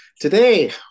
Today